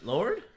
Lord